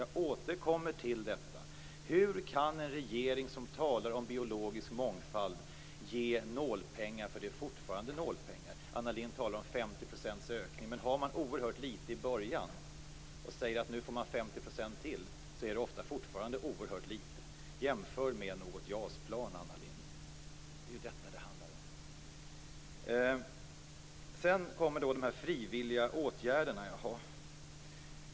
Jag återkommer till detta: Hur kan en regering som talar om biologisk mångfald ge nålpengar - och det är fortfarande nålpengar - till detta? Anna Lindh talar om en ökning på 50 %. Men har man oerhört litet i början och säger att man nu får 50 % till är det ofta fortfarande oerhört litet. Jämför med ett JAS-plan, Anna Lindh! Det är detta det handlar om. Sedan kommer vi till de frivilliga åtgärderna.